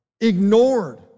ignored